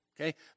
okay